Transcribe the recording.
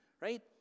right